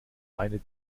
eine